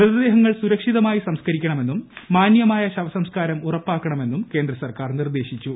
മൃതദേഹങ്ങൾ സുരക്ഷിതമായി സംസ്ക്ക്രിക്കണമെന്നും മാന്യമായ ശവസംസ്കാരം ഉറപ്പാക്കണമെന്നും കേന്ദ്ര് സർക്കാർ നിർദ്ദേശിച്ചു